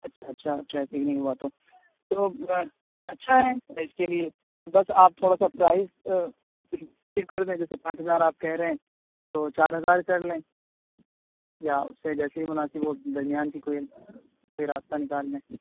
اچھا اچھا ٹریفک نہیں ہوا تو تو اچھا ہے اس کے لیے بس آپ تھوڑا سا پرائز کچھ ٹھیک کردیں جیسے پانچ ہزار آپ کہہ رہے ہیں تو چار ہزار کرلیں یا اسے جیسے مناسب ہو درمیان کی کوئی کوئی راستہ نکال لیں